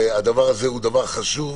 זה חשוב,